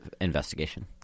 investigation